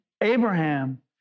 Abraham